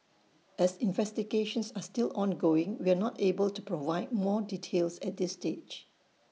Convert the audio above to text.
as investigations are still ongoing we are not able to provide more details at this stage